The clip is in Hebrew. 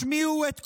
השמיעו את קולכם.